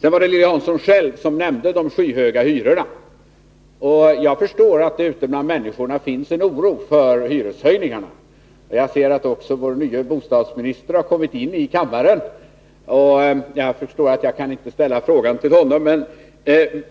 Det var Lilly Hansson själv som nämnde de skyhöga hyrorna. Jag förstår att det ute bland människorna finns en oro för hyreshöjningarna. Jag ser att vår nye bostadsminister har kommit in i kammaren, men jag förstår att jag inte kan ställa frågan till honom.